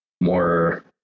more